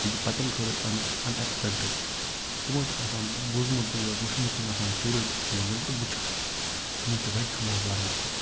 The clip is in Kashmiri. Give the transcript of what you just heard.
سُہ چھِ بَچَن خٲطرٕ تِنہٕ اَن اٮ۪کٕسپیٚکٹِڈ تِمَو چھِنہٕ آسان بوٗزمُتٕے یوت وٕچھمُت چھِنہٕ آسان شُریو تہِ کِہیٖنۍ ییٚلہِ تِم وٕچھان چھِ تِمَن چھِ واریاہ مَزٕ لگان تَتہِ